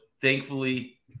thankfully